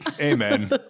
Amen